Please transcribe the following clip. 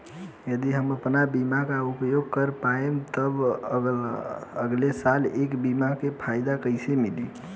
यदि हम आपन बीमा ना उपयोग कर पाएम त अगलासाल ए बीमा के फाइदा कइसे मिली?